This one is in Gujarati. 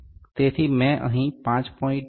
તેથી મેં અહીં 5